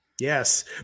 Yes